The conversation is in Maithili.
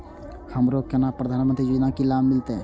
हमरो केना प्रधानमंत्री योजना की लाभ मिलते?